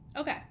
okay